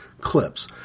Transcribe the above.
clips